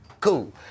cool